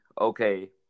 okay